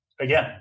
Again